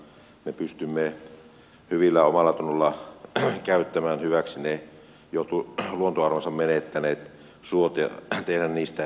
me pystymme hyvällä omallatunnolla käyttämään hyväksi jo luontoarvonsa menettäneet suot ja tekemään niistä energiaa